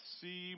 see